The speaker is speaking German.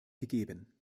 gegeben